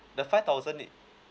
the five thousand is